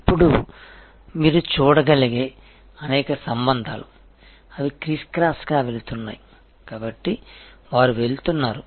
ఇప్పుడు మీరు చూడగలిగే అనేక సంబంధాలు అవి క్రిస్క్రాస్గా వెళుతున్నాయి కాబట్టి వారు వెళ్తున్నారు